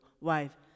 wife